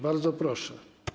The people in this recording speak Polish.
Bardzo proszę.